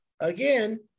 Again